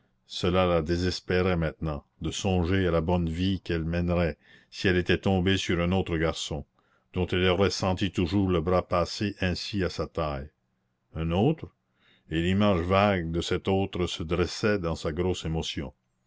cela la désespérait maintenant de songer à la bonne vie qu'elle mènerait si elle était tombée sur un autre garçon dont elle aurait senti toujours le bras passé ainsi à sa taille un autre et l'image vague de cet autre se dressait dans sa grosse émotion